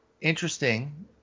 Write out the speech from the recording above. interesting